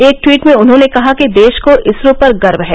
एक ट्वीट में उन्होंने कहा कि देश को इसरो पर गर्व है